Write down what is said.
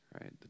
right